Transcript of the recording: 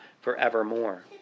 forevermore